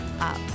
up